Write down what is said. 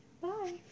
Bye